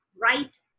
right